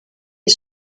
est